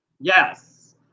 Yes